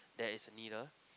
there is a needle